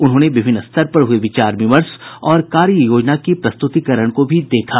उन्होंने विभिन्न स्तर पर हुये विचार विमर्श और कार्ययोजना की प्रस्तुतीकरण को भी देखा